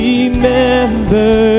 Remember